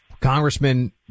Congressman